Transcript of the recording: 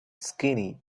skinny